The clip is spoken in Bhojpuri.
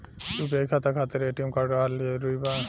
यू.पी.आई खाता खातिर ए.टी.एम कार्ड रहल जरूरी बा?